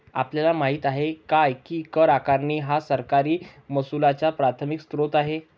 आपल्याला माहित आहे काय की कर आकारणी हा सरकारी महसुलाचा प्राथमिक स्त्रोत आहे